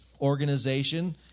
organization